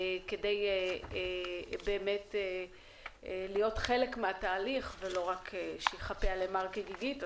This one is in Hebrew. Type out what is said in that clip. כדי להיות חלק מהתהליך ולא רק שייכפה עליהם הר כגיגית.